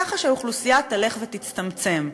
כך שהאוכלוסייה תלך ותצטמצם.